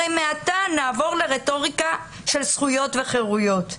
הרי מעתה נעבור לרטוריקה של זכויות וחירויות.